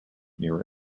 near